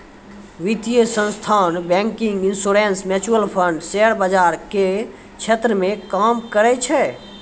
वित्तीय संस्थान banking insurance mutual fund share बाजार के क्षेत्र मे काम करै छै